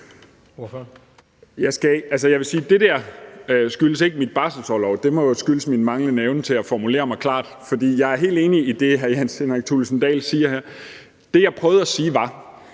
det der ikke skyldes min barselsorlov; det må skyldes min manglende evne til at formulere mig klart, for jeg er helt enig i det, hr. Jens Henrik Thulesen Dahl siger her. Det, jeg prøvede at sige, var,